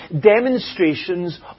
demonstrations